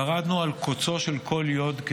עמדנו על קוצו של כל יו"ד,